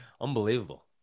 Unbelievable